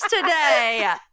today